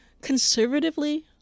conservatively